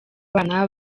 bana